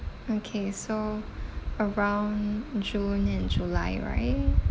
okay so around june and july right